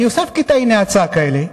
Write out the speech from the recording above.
אני אוסף קטעי נאצה כאלה.